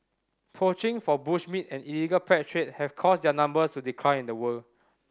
poaching for bush meat and illegal pet trade have caused their numbers to decline in the wild